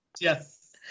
Yes